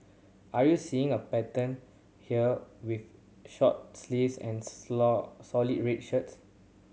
are we seeing a pattern here with short sleeves and solid red shirts